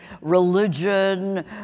religion